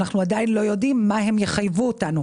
אנחנו עדיין לא יודעים על מה הם יחייבו אותנו,